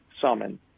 summon